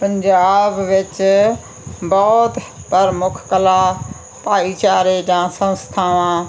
ਪੰਜਾਬ ਵਿੱਚ ਬਹੁਤ ਪ੍ਰਮੁੱਖ ਕਲਾ ਭਾਈਚਾਰੇ ਜਾਂ ਸੰਸਥਾਵਾਂ